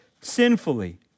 sinfully